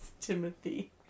Timothy